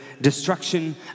destruction